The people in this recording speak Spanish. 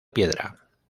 piedra